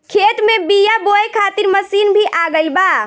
खेत में बीआ बोए खातिर मशीन भी आ गईल बा